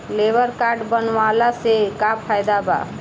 Labour card बनवाला से का फायदा बा?